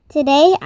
Today